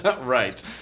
Right